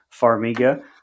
Farmiga